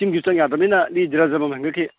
ꯆꯤꯡꯁꯨ ꯆꯪ ꯌꯥꯗꯃꯤꯅ ꯂꯤ ꯖꯔ ꯖꯔ ꯃꯃꯟ ꯍꯦꯟꯒꯠꯈꯤ